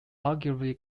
arguably